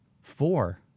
four